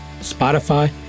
Spotify